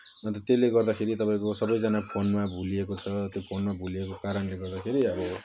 अन्त त्यसले गर्दाखेरि तपाईँको सबैजना फोनमा भुलिएको छ त्यो फोनमा भुलिएको कारणले गर्दाखेरि अब